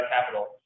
capital